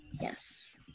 yes